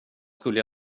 skulle